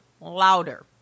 louder